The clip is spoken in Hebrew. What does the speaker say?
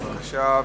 בבקשה,